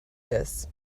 this